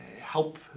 help